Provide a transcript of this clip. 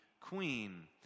queen